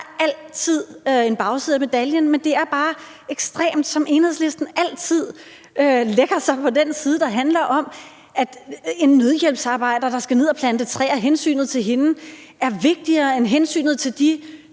altid en bagside af medaljen, men det er bare ekstremt, hvordan Enhedslisten altid lægger sig på den ene side. I det her tilfælde er det hensynet til en nødhjælpsarbejder, der skal ned og plante træer, som er vigtigere end hensynet til dels